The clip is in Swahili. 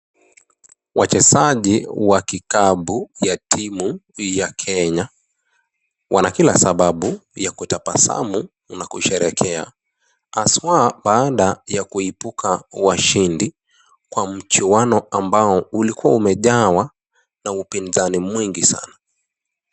Wachezaji wa kikapu ya timu ya Kenya wana kila sababu ya kutabasamu na kusherehekea haswa baada ya kuibuka washindi kwa mchuano ambao ulkua umejawa na upinzani mwingi sana.